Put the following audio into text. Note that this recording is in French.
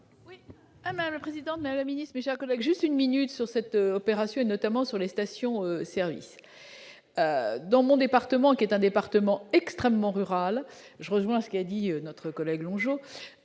Oui. La présidente mais la milice, mes chers collègues, juste une minute. Sur cette opération et notamment sur les stations services, dans mon département, qui est un département extrêmement rurales, je rejoins ce qui a dit notre collègue longeant